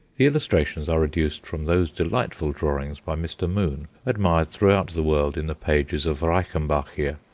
the illustrations are reduced from those delightful drawings by mr. moon admired throughout the world in the pages of reichenbachia.